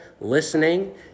listening